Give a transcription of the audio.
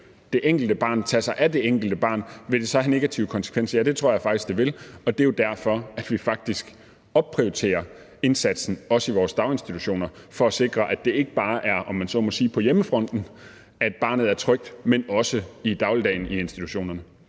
det enkelte barn og tage sig af det enkelte barn, så vil det have negative konsekvenser. Ja, det tror jeg faktisk det vil, og det er jo derfor, at vi faktisk også opprioriterer indsatsen i vores daginstitutioner for at sikre, at det ikke bare er, om jeg så må sige, på hjemmefronten, at barnet er trygt, men også i dagligdagen i institutionerne.